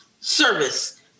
service